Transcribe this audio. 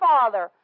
Father